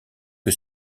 que